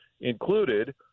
included